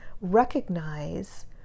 recognize